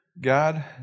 God